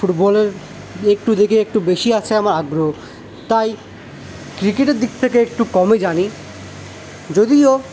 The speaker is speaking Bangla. ফুটবলের একটু দেখি একটু বেশী আছে আমার আগ্রহ তাই ক্রিকেটের দিক থেকে একটু কমই জানি যদিও